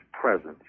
presence